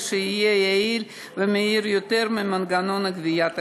ויהיה יעיל ומהיר יותר ממנגנון הגבייה הקיים.